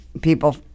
people –